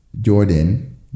Jordan